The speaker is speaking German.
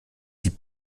sie